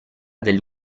del